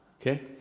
Okay